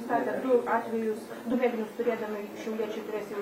nustatė du atvejus du mėginius turėdami šiauliečiai turės jau